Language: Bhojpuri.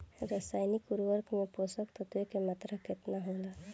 रसायनिक उर्वरक मे पोषक तत्व के मात्रा केतना होला?